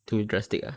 too drastic ah